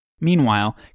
Meanwhile